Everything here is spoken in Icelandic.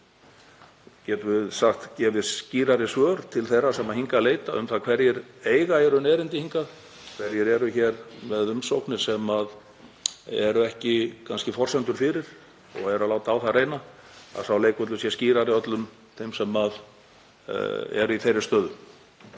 getum við sagt, gefið skýrari svör til þeirra sem hingað leita um það hverjir eiga í raun erindi hingað, hverjir eru hér með umsóknir sem eru ekki kannski forsendur fyrir og eru að láta á það reyna, að sá leikur sé skýrari öllum þeim sem eru í þeirri stöðu.